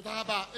תודה רבה.